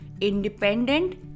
independent